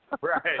right